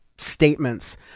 statements